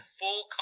full